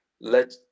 let